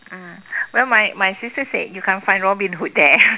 mm well my my sister said you can't find Robin Hood there